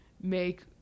make